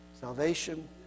Salvation